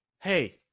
hey